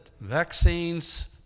vaccines